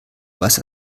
was